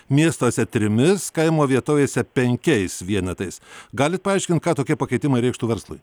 miestuose trimis kaimo vietovėse penkiais vienetais galit paaiškint ką tokie pakeitimai reikštų verslui